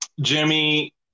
Jimmy